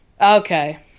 Okay